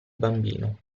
bambino